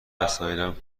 وسایلم